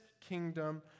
kingdom